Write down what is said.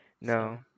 no